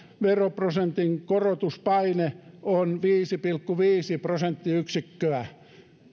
veroprosentin korotuspaine on viisi pilkku viisi prosenttiyksikköä